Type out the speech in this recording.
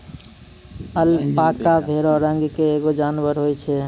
alpaca भेड़ो रंग के एगो जानबर होय छै